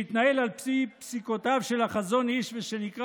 שהתנהל על פי פסיקותיו של החזון איש ושנקרא